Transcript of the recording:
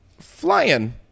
flying